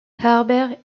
harbert